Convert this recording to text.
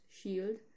shield